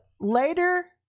later